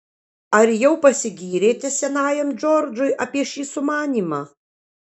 ar jau pasigyrėte senajam džordžui apie šį sumanymą